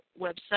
website